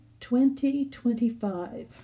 2025